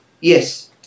Yes